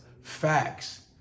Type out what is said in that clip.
Facts